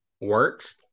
works